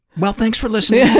well, thanks for listening,